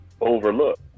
overlook